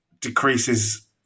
decreases